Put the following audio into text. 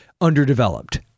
underdeveloped